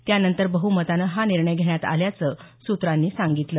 त्यानंतर बहुमतानं हा निर्णय घेण्यात आल्याचं सूत्रानं सांगितलं